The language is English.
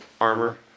armor